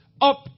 up